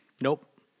Nope